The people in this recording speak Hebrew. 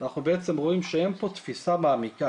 אנחנו בעצם רואים שאין פה תפיסה מעמיקה